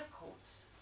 courts